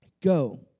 Go